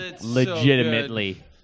legitimately